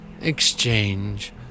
exchange